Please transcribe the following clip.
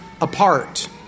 apart